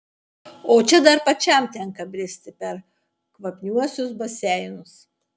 o čia dar pačiam tenka bristi per kvapniuosius baseinus